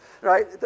right